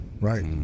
right